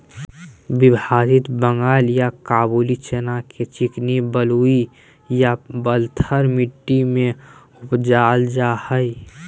विभाजित बंगाल या काबूली चना के चिकनी बलुई या बलथर मट्टी में उपजाल जाय हइ